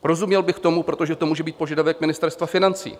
Rozuměl bych tomu, protože to může být požadavek Ministerstva financí.